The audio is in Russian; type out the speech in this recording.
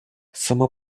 само